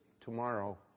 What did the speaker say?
tomorrow